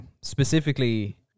specifically